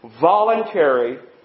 Voluntary